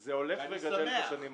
זה הולך וגדל בשנים האחרונות.